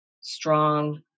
strong